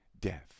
death